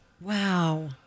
Wow